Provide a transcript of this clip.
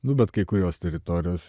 nu bet kai kurios teritorijos